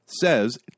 says